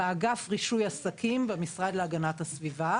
באגף לרישוי עסקים במשרד להגנת הסביבה.